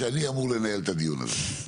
שאני אמור לנהל את הדיון הזה.